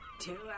Two